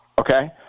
Okay